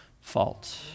fault